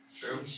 True